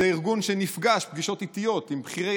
זה ארגון שנפגש פגישות עיתיות עם בכירי